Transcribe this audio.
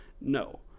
No